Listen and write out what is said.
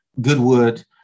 Goodwood